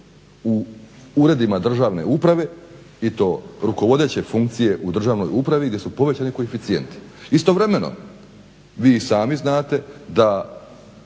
u uredima državne uprave i to rukovodeće funkcije u državnoj upravi gdje su povećani koeficijenti. Istovremeno vi i sami znate da